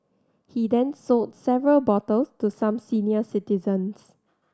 he then sold several bottles to some senior citizens